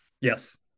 Yes